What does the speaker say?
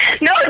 no